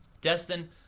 Destin